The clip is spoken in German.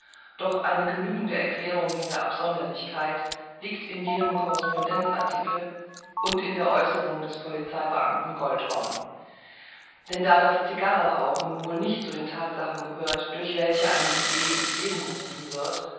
doch eine genügende erklärung dieser absonderlichkeit liegt in jenen correspondenz artikeln und in der aeußerung des polizeibeamten goldhorn denn da das cigarrenrauchen wohl nicht zu den thatsachen gehört durch welche eine idee ins leben gerufen wird